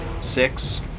six